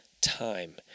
time